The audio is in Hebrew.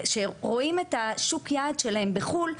שרואים את שוק היעד שלהם בחו"ל,